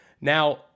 Now